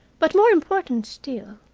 but more important still,